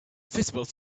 visible